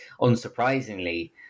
unsurprisingly